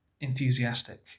enthusiastic